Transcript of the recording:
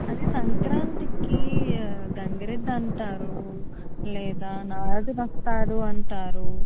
అదే సంక్రాంతికి గంగిరెద్దు అంటారు లేదా నారదుడు వస్తాడు అంటారు